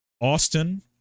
Austin